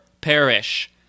perish